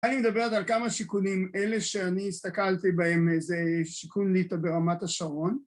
אני מדברת על כמה שיכונים, אלה שאני הסתכלתי בהם זה שיכון ליטא ברמת השרון